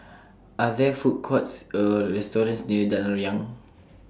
Are There Food Courts Or restaurants near Jalan Riang